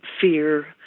fear